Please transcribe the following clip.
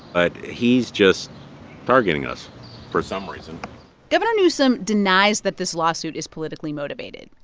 but he's just targeting us for some reason governor newsom denies that this lawsuit is politically motivated.